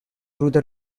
through